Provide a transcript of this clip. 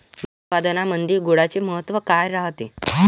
दूध उत्पादनामंदी गुळाचे महत्व काय रायते?